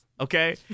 Okay